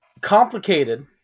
complicated